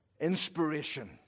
inspiration